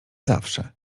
zawsze